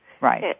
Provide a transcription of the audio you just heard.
right